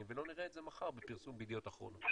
ולא נראה את זה מחר בפרסום ב'ידיעות אחרונות'.